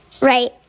Right